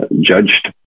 judged